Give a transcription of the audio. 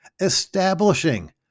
establishing